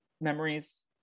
memories